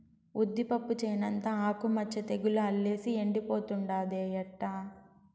ఉద్దిపప్పు చేనంతా ఆకు మచ్చ తెగులు అల్లేసి ఎండిపోతుండాదే ఎట్టా